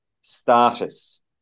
status